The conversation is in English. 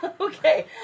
Okay